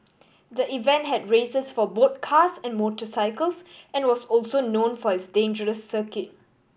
the event had races for both cars and motorcycles and was also known for its dangerous circuit